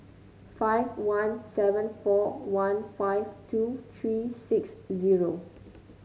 five one seven four one five two three six zero